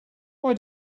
why